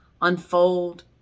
unfold